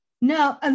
No